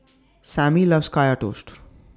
Sammy loves Kaya Toast